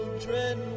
children